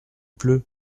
pleut